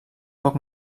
poc